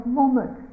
moment